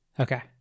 Okay